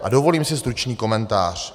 A dovolím si stručný komentář.